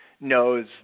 knows